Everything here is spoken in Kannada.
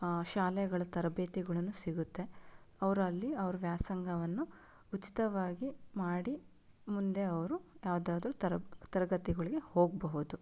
ಶಾಲೆಗಳ ತರಬೇತಿಗಳೂನು ಸಿಗುತ್ತೆ ಅವರು ಅಲ್ಲಿ ಅವರ ವ್ಯಾಸಂಗವನ್ನು ಉಚಿತವಾಗಿ ಮಾಡಿ ಮುಂದೆ ಅವರು ಯಾವುದಾದ್ರೂ ತರ ತರಗತಿಗಳಿಗೆ ಹೋಗಬಹುದು